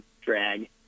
drag